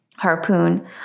Harpoon